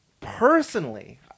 personally